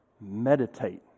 meditate